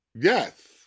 Yes